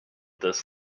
this